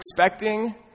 expecting